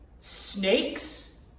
snakes